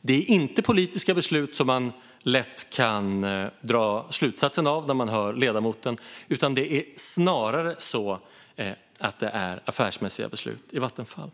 Det är inte politiska beslut, vilket är en slutsats som man lätt kan dra när man hör ledamoten, utan det är snarare så att det är affärsmässiga beslut i Vattenfall.